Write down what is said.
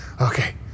Okay